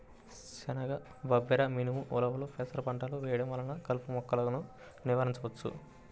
శనగ, బబ్బెర, మినుము, ఉలవలు, పెసర పంటలు వేయడం వలన కలుపు మొక్కలను నివారించవచ్చు